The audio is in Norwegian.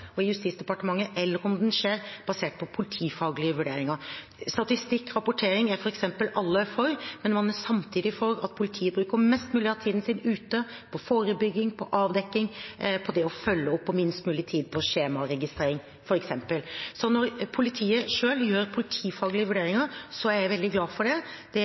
og i Justisdepartementet, eller om den skjer basert på politifaglige vurderinger. Statistikk og rapportering er f.eks. alle for, men man er samtidig for at politiet bruker mest mulig av tiden sin ute – på forebygging, på avdekking, på det å følge opp, og minst mulig tid på skjemaregistrering, f.eks. Når politiet selv gjør politifaglige vurderinger, er jeg veldig glad for det, det